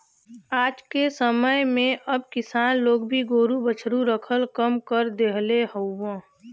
आजके समय में अब किसान लोग भी गोरु बछरू रखल कम कर देहले हउव